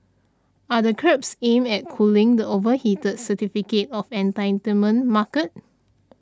are the curbs aimed at cooling the overheated certificate of entitlement market